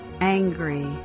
angry